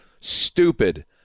stupid